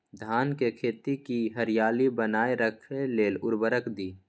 धान के खेती की हरियाली बनाय रख लेल उवर्रक दी?